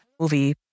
Movie